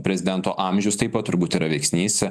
prezidento amžius taip pat turbūt yra veiksnys